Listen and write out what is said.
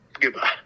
Goodbye